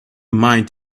mind